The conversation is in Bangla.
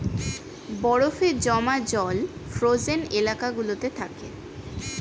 বরফে জমা জল ফ্রোজেন এলাকা গুলোতে থাকে